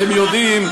אתם יודעים,